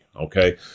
Okay